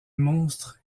monstre